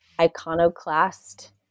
iconoclast